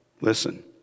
Listen